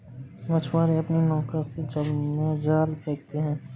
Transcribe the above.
मछुआरे अपनी नौका से जल में जाल फेंकते हैं